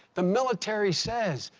the military says,